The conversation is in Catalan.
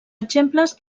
exemples